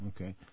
Okay